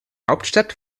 hauptstadt